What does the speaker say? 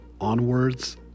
onwards